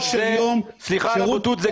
סליחה על הביטוי,